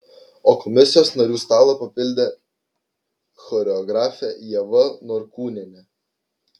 o komisijos narių stalą papildė choreografė ieva norkūnienė